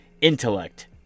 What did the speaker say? intellect